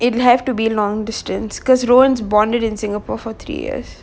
it'll have to be long distance because rohin bonded in singapore for three years